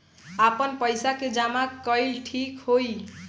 आपन पईसा के जमा कईल ठीक होई?